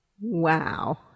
Wow